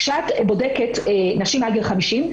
כשאת בודקת נשים עד גיל 50,